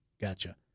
gotcha